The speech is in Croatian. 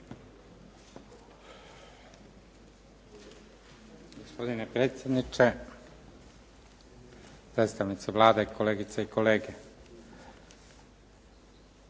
Gospodine predsjedniče, predstavnici Vlade, kolegice i kolege.